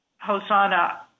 Hosanna